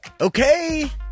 okay